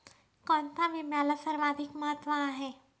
कोणता विम्याला सर्वाधिक महत्व आहे?